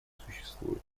существует